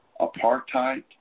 Apartheid